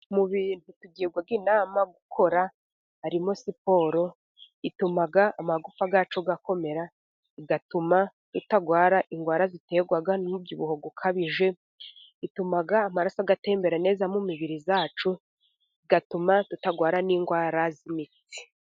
Mu bintu tugirwa inama gukora harimo siporo; ituma amagufa yacu akomera, igatuma tutarwara indwara ziterwa n'umubyibuho ukabije, bituma amaraso atembera neza mu mibiri yacu, bigatuma tutarwara n'indwara z'imitsi.